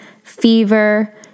fever